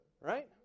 Right